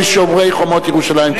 שומרי חומות ירושלים.